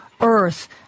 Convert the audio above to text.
earth